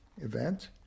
event